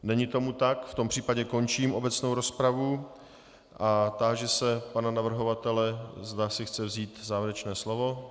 Není tomu tak, v tom případě končím obecnou rozpravu a táži se pana navrhovatele, zda si chce vzít závěrečné slovo.